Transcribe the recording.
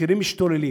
כשהמחירים משתוללים,